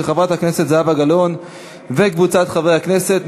של חברת הכנסת זהבה גלאון וקבוצת חברי הכנסת.